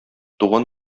туган